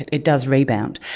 it it does rebound.